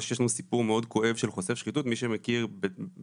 מה שיש לנו פה זה סיפור מאוד כואב של חושף שחיתות.